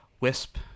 Wisp